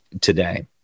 today